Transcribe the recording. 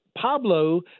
Pablo